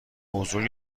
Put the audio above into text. بزرگ